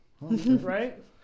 right